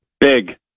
big